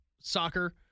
soccer